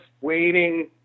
waiting